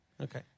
Okay